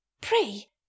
pray